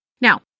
Now